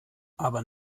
aber